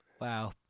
Wow